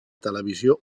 televisió